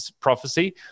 prophecy